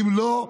אם לא,